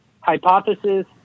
hypothesis